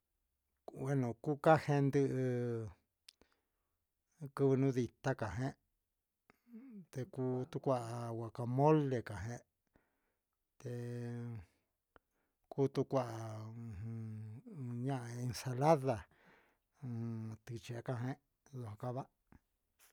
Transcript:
Cuca gente quivɨ ni caca ican ti cua guacamole cutu cua ujun ñaan ensalada ticaca jeh cava